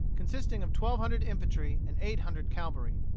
consisting of twelve hundred infantry and eight hundred cavalry.